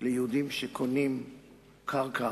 ליהודים שקונים קרקע